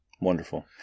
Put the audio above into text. Wonderful